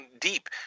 deep